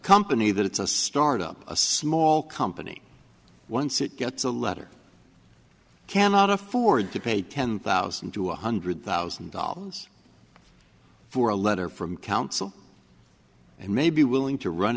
company that it's a startup a small company once it gets a letter cannot afford to pay ten thousand to one hundred thousand dollars for a letter from counsel and may be willing to run